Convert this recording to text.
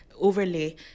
overlay